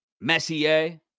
Messier